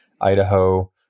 Idaho